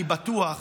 אני בטוח